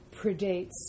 predates